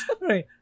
Right